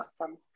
awesome